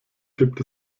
gibt